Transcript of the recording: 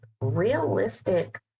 realistic